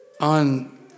on